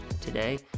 today